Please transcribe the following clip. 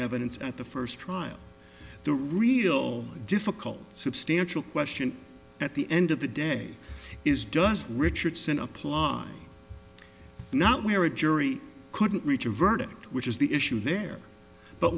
evidence at the first trial the real difficult substantial question at the end of the day is just richardson applause not where a jury couldn't reach a verdict which is the issue there but